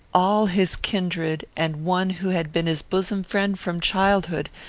all his kindred, and one who had been his bosom-friend from childhood,